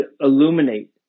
illuminate